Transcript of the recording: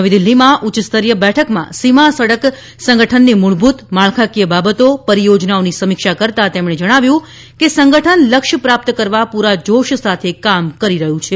નવી દિલ્હીમાં ઉચ્ચસ્તરીય બેઠકમાં સીમા સડક સંગઠનની મુળભુત માળખાકીય બાબતો પરીયોજનાઓની સમીક્ષા કરતા તેમણે જણાવ્યું કે સંગઠન લક્ષ્ય પ્રાપ્ત કરવા પુરા જોશ સાથે કામ કરી રહ્યું છે